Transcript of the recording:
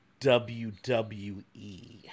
WWE